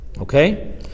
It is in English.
Okay